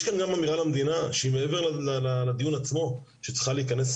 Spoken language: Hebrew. יש כאן גם אמירה למדינה שהיא מעבר לדיון עצמו שצריכה להיכנס